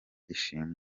ishimwe